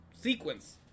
sequence